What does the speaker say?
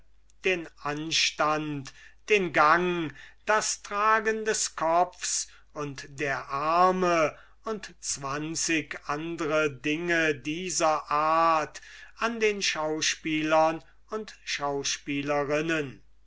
den anstand den gang das tragen des kopfs und der arme und zwanzig andre dinge dieser art an den schauspielern und